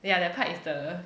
yeah that part is the